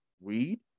weed